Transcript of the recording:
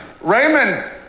raymond